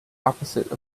opposite